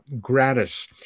gratis